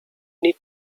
need